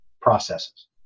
processes